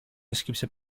έσκυψε